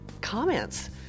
comments